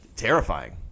terrifying